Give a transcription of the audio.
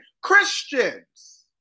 Christians